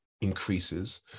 increases